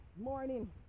morning